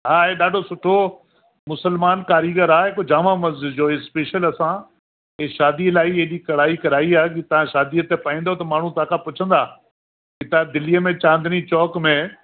हा हे ॾाढो सुठो मुसलमाल कारीगर आहे हिकु जामा मस्ज़िद जो स्पेशल असां इहो शादीअ लाइ हेॾी कड़ाई आहे की तव्हां शादीअ ते पाईंदो त माण्हू तव्हांखां पुछंदा ई तव्हां दिल्लीअ में चांदनी चौक में